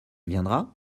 viendra